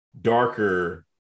darker